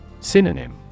Synonym